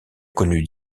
connu